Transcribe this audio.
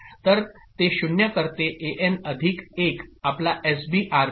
तर ते 0 करते एएन अधिक 1 आपला एसबी आरबी